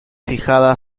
fijada